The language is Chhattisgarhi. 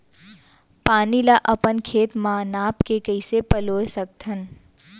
पानी ला अपन खेत म नाप के कइसे पलोय सकथन?